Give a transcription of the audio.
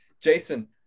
Jason